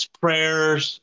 prayers